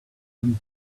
them